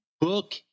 book